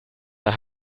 der